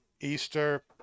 Easter